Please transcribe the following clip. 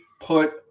put